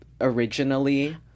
originally